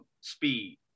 Speed